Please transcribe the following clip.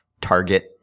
target